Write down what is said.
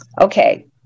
Okay